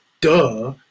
duh